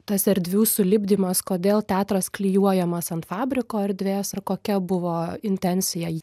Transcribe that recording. tas erdvių sulipdymas kodėl teatras klijuojamas ant fabriko erdvės ir kokia buvo intensija